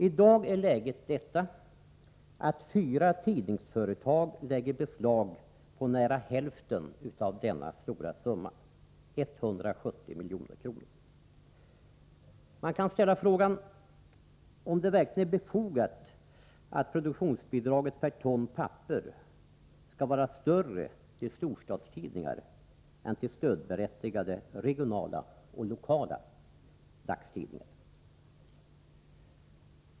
I dag är läget det, att fyra tidningsföretag lägger beslag på nära hälften av denna stora summa, 170 milj.kr. Man kan ställa frågan om det verkligen är befogat att produktionsbidraget per ton papper skall vara större till storstadstidningar än till stödberättigade regionala och lokala dagstidningar.